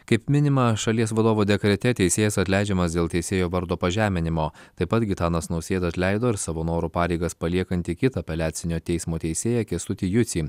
kaip minima šalies vadovo dekrete teisėjas atleidžiamas dėl teisėjo vardo pažeminimo taip pat gitanas nausėda atleido ir savo noru pareigas paliekantį kitą apeliacinio teismo teisėją kęstutį jucį